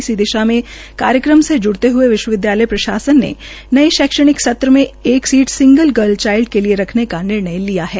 इसी दिशा में कार्यक्रम से ज्ड़ते हुए विश्वविद्यालय प्रशासन ने नये शैक्षणिक सत्र में एक सीट सिंगल गर्ल चाइल्ड के लिए रखने का निर्णय लिया है